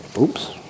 Oops